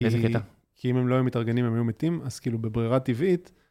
איזה קטע? כי אם הם לא היו מתארגנים הם היו מתים, אז כאילו בברירה טבעית...